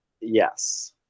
Yes